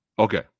Okay